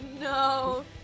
no